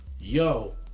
Yo